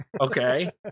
Okay